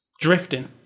drifting